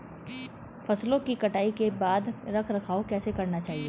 फसलों की कटाई के बाद रख रखाव कैसे करना चाहिये?